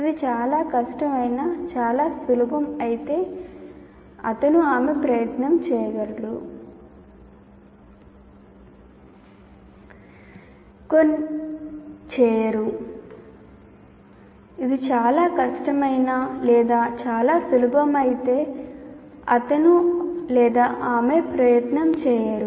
ఇది చాలా కష్టం అయినా లేదా చాలా సులభం అయితే అతను ఆమె ప్రయత్నం చేయరు